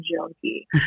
junkie